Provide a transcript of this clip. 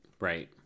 right